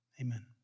Amen